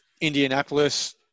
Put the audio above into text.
Indianapolis